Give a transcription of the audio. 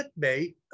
clickbait